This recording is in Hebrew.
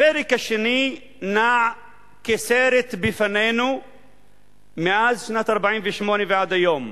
הפרק השני נע כסרט בפנינו מאז שנת 1948 ועד היום,